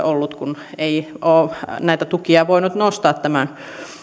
ollut kun ei ole näitä tukia voinut nostaa tämän